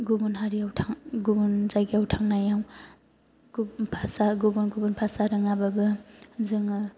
गुबुन जायगायाव थांनायाव गुबुन गुबुन भासा रोङाबाबो जोङो